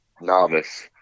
novice